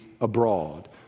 abroad